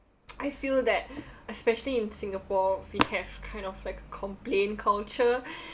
I feel that especially in singapore we have kind of like a complain culture